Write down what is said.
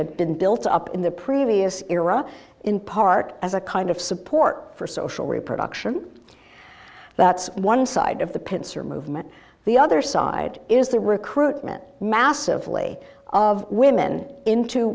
had been built up in the previous era in part as a kind of support for social reproduction that's one side of the pincer movement the other side is the recruitment massively of women into